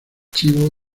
chivo